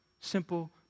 Simple